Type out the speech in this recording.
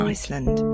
Iceland